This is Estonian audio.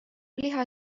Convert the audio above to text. liha